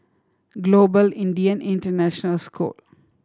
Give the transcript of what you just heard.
Global Indian International School